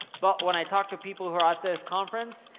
but when i talk to people who are at this conference,